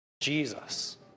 Jesus